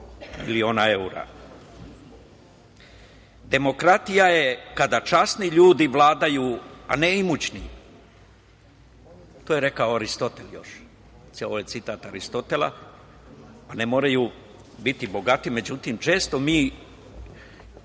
miliona evra.„Demokratija je kada časni ljudi vladaju, a ne imućni“, to je rekao Aristotel još. Ovo je citat Aristotela. Ne moraju biti bogati, međutim, često mi